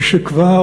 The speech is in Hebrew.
שכבר,